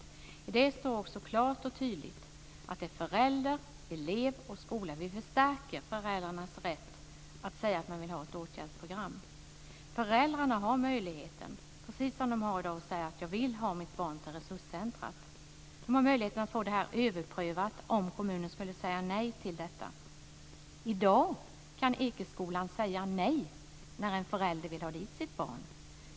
Av det framgår klart och tydligt att vi vill stärka föräldrarnas rätt att säga att de vill ha ett åtgärdsprogram. Föräldrarna har precis som i dag möjligheten att säga att de vill ha sitt barn på resurscentret. De har också möjlighet att få en överprövning om kommunen skulle säga nej till detta. I dag kan Ekeskolan säga nej när en förälder vill ha dit sitt barn.